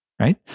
right